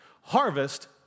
Harvest